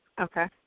Okay